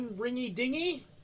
Ringy-dingy